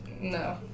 No